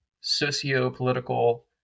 socio-political